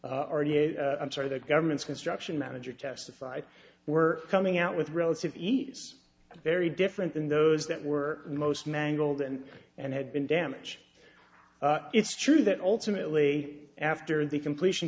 i'm sorry the government's construction manager testified were coming out with relative ease very different than those that were most mangled and and had been damage it's true that ultimately after the completion